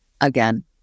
again